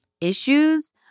issues